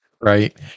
Right